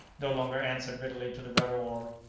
no longer answered readily to the rudder-oar.